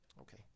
Okay